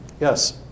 yes